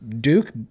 Duke